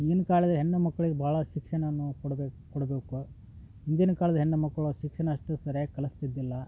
ಈಗಿನ ಕಾಲದಲ್ಲಿ ಹೆಣ್ಣು ಮಕ್ಳಿಗೆ ಭಾಳ ಶಿಕ್ಷಣವನ್ನು ಕೊಡ್ಬೇಕು ಕೊಡಬೇಕು ಹಿಂದಿನ ಕಾಲದ ಹೆಣ್ಣು ಮಕ್ಕಳು ಶಿಕ್ಷಣ ಅಷ್ಟು ಸರಿಯಾಗಿ ಕಲ್ಸ್ತಿದ್ದಿಲ್ಲ